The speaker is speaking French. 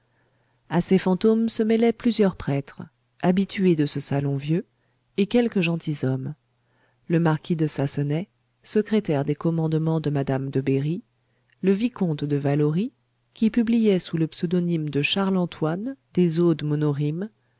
à ces fantômes se mêlaient plusieurs prêtres habitués de ce salon vieux et quelques gentilshommes le marquis de sassenaye secrétaire des commandements de madame de berry le vicomte de valory qui publiait sous le pseudonyme de charles antoine des odes